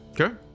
Okay